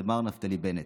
זה מר נפתלי בנט.